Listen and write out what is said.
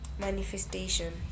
Manifestation